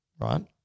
right